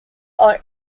are